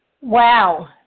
Wow